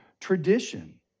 tradition